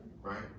Right